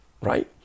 right